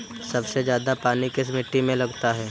सबसे ज्यादा पानी किस मिट्टी में लगता है?